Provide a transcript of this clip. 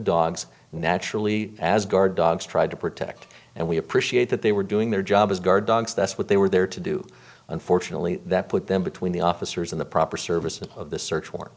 dogs naturally as guard dogs tried to protect and we appreciate that they were doing their job as guard dogs that's what they were there to do unfortunately that put them between the officers in the proper services of this search warrant